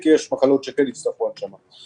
כי יש מחלות שכן הצטרכו הנשמה.